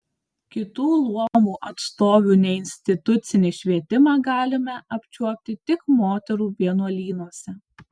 kitų luomų atstovių neinstitucinį švietimą galime apčiuopti tik moterų vienuolynuose